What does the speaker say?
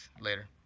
Later